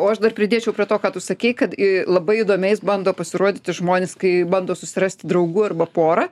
o aš dar pridėčiau prie to ką tu sakei kad labai įdomiais bando pasirodyti žmonės kai bando susirasti draugų arba porą